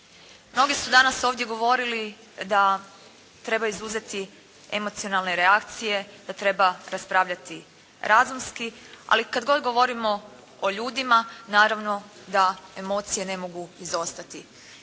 Mnogi su danas ovdje govorili da treba izuzeti emocionalne reakcije, da treba raspravljati razumski, ali kada god govorimo o ljudima, naravno da emocije ne mogu izostati.